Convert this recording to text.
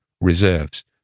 reserves